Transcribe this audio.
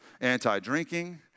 anti-drinking